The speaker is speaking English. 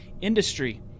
industry